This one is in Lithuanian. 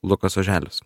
lukas oželis